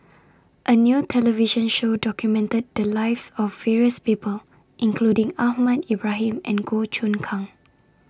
A New television Show documented The Lives of various People including Ahmad Ibrahim and Goh Choon Kang